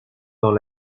dans